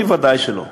אני ודאי שלא,